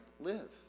live